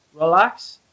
relax